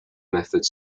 methods